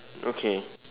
okay